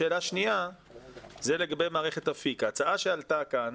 שאלה שניה היא לגבי מערכת אפיק: ההצעה שעלתה כאן